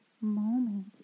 moment